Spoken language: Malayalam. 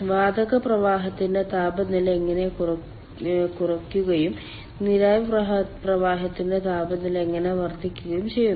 വാതക പ്രവാഹത്തിന്റെ താപനില ഇങ്ങനെ കുറയുകയും നീരാവി പ്രവാഹത്തിന്റെ താപനില ഇങ്ങനെ വർദ്ധിക്കുകയും ചെയ്യുന്നു